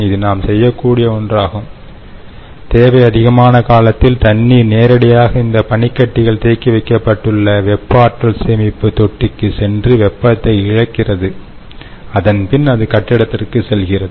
இது நாம் செய்யக்கூடிய ஒன்றாகும் தேவை அதிகமான காலத்தில் தண்ணீர் நேரடியாக இந்த பனிக்கட்டிகள் தேக்கி வைக்கப்பட்டுள்ள வெப்ப ஆற்றல் சேமிப்பு தொட்டிக்கு சென்று வெப்பத்தை இழக்கிறது அதன்பின் அது கட்டிடத்திற்கு செல்கிறது